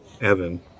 Evan